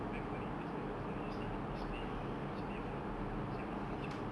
oh my god you just now just saw you say miss bae right like miss bae from our secondary school